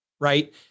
right